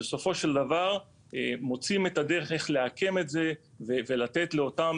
ובסופו של דבר מוצאים את הדרך איך לעקם את זה ולתת לאותם